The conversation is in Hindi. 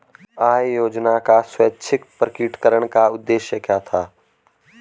आय योजना का स्वैच्छिक प्रकटीकरण का उद्देश्य क्या था?